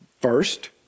first